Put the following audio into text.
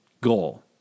goal